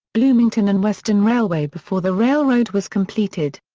bloomington and western railway before the railroad was completed.